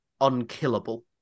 unkillable